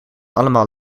allemaal